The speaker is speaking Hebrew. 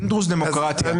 פינדרוס דמוקרטיה.